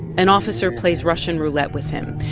an officer plays russian roulette with him.